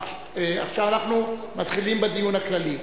עכשיו אנחנו מתחילים בדיון הכללי.